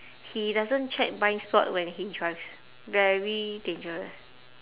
he doesn't check blind spot when he drives very dangerous